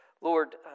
Lord